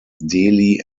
delhi